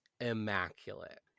immaculate